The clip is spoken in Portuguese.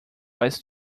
faz